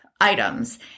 items